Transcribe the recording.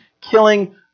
killing